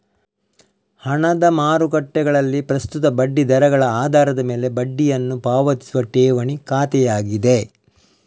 ಹಣದ ಮಾರುಕಟ್ಟೆಗಳಲ್ಲಿ ಪ್ರಸ್ತುತ ಬಡ್ಡಿ ದರಗಳ ಆಧಾರದ ಮೇಲೆ ಬಡ್ಡಿಯನ್ನು ಪಾವತಿಸುವ ಠೇವಣಿ ಖಾತೆಯಾಗಿದೆ